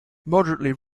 moderately